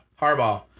Harbaugh